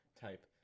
type